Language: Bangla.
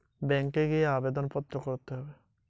চেকবুক কি করে পাবো?